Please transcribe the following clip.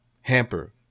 hamper